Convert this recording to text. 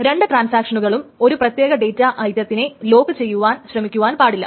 രണ്ടു ട്രാൻസാക്ഷനുകളും ഒരു പ്രത്യേക ഡേറ്റ ഐറ്റത്തിനെ ലോക്ക് ചെയ്യുവാൻ ശ്രമിക്കുവാൻ പാടില്ല